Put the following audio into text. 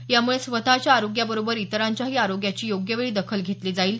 यामुळे स्वतच्या आरोग्याबरोबर इतरांच्याही आरोग्याची योग्य वेळी दखल घेतली जाईल